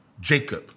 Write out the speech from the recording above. Jacob